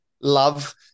love